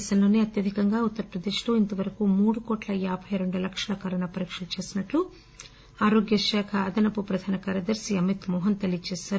దేశంలోనే అత్యధికంగా ఉత్తరప్రదేశ్ లో ఇంతవరకు మూడు కోట్ల యాబై రెండు లక్షల కరోనా పరీక్షలు చేసినట్లు ఆరోగ్య శాఖ అదనపు ప్రధాన కార్యదర్శి అమిత్ మోహన్ తెలియజేశారు